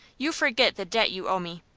you forget the debt you owe me.